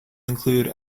include